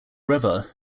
river